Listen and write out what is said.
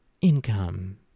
Income